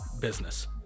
business